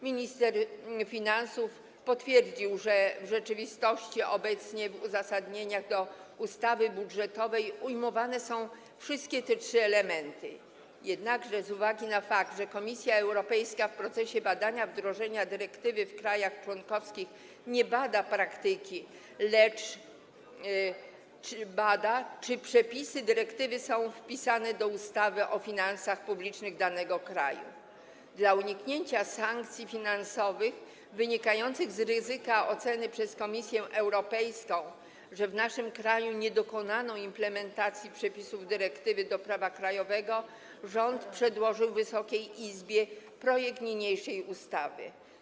Minister finansów potwierdził, że w rzeczywistości obecnie w uzasadnieniach ustawy budżetowej ujmowane są wszystkie te trzy elementy, jednakże z uwagi na fakt, że Komisja Europejska w procesie badania wdrożenia dyrektywy w krajach członkowskich nie bada praktyki, lecz bada, czy przepisy dyrektywy są wpisane do ustawy o finansach publicznych danego kraju, i dla uniknięcia ryzyka sankcji finansowych wynikających z oceny przez Komisję Europejską, że w naszym kraju nie dokonano implementacji przepisów dyrektywy do prawa krajowego, rząd przedłożył Wysokiej Izbie projekt niniejszej ustawy.